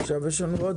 הישיבה ננעלה בשעה